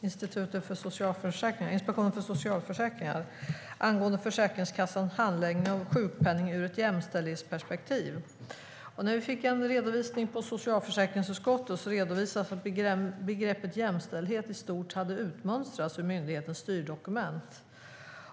Inspektionen för socialförsäkringen, ISF, angående Försäkringskassans handläggning av sjukpenning ur ett jämställdhetsperspektiv. På socialförsäkringsutskottet fick vi en redovisning av att begreppet jämställdhet i stort sett hade utmönstrats ur myndighetens styrdokument.